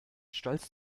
stolz